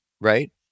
right